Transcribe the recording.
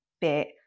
bit